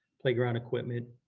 playground equipment,